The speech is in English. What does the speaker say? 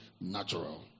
natural